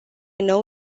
know